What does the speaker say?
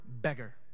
beggar